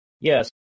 Yes